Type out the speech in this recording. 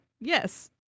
yes